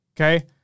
Okay